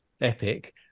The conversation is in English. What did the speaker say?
epic